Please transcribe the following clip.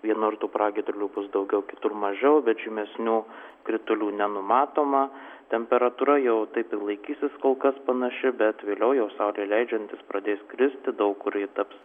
vienur tų pragiedrulių bus daugiau kitur mažiau bet žymesnių kritulių nenumatoma temperatūra jau taip ir laikysis kol kas panaši bet vėliau jau saulei leidžiantis pradės kristi daug kur ji taps